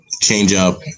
change-up